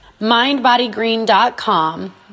mindbodygreen.com